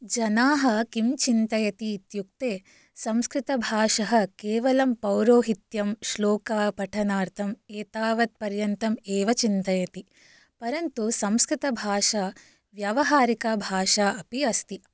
जनाः किं चिन्तयन्ति इत्युक्ते संस्कृतभाषः केवलं पौरोहित्यं श्लोकपठनार्थम् एतावत् पर्यन्तम् एव चिन्तयन्ति परन्तु संस्कृतभाषा व्यवहारिका भाषा अपि अस्ति